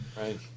right